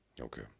Okay